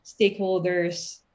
stakeholders